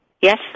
Yes